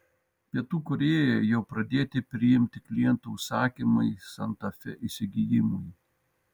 pietų korėjoje jau pradėti priimti klientų užsakymai santa fe įsigijimui